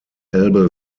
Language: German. elbe